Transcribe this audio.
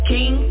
King